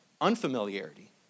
unfamiliarity